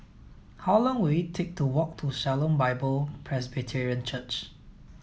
how long will it take to walk to Shalom Bible Presbyterian Church